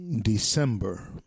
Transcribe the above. December